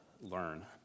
learn